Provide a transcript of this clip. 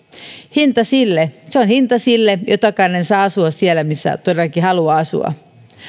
se on hinta sille että jokainen saa asua siellä missä todellakin haluaa asua